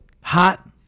hot